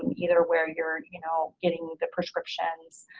either where you're you know getting the prescriptions